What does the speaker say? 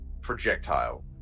projectile